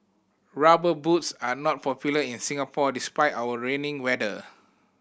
Rubber Boots are not popular in Singapore despite our rainy weather